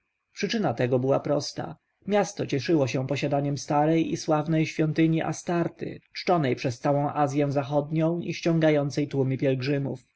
przyczyna tego była prosta miasto cieszyło się posiadaniem starej i sławnej świątyni astarty czczonej przez całą azję zachodnią i ściągającej tłumy pielgrzymów